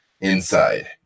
inside